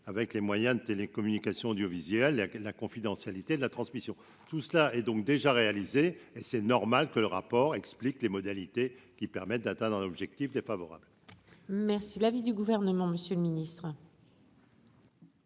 avec les moyens de télécommunications audiovisuel la confidentialité de la transmission, tout cela est donc déjà réalisés et c'est normal que le rapport explique les modalités qui permettent d'atteindre un objectif défavorable. Merci l'avis du gouvernement, Monsieur le Ministre.